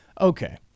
okay